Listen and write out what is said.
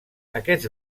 aquests